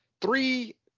three